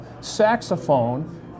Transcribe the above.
saxophone